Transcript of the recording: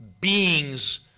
beings